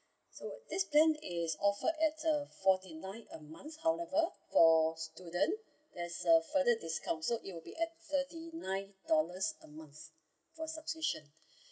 so this plan is offer at uh forty nine a month however for student there's a further discount so it will be at thirty nine dollars a month for subscription